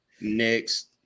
Next